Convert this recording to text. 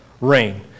rain